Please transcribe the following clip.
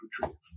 retrieve